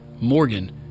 Morgan